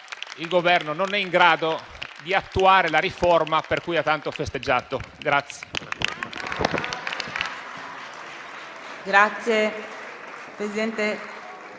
il Governo non è in grado di attuare la riforma per cui tanto ha festeggiato.